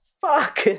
fuck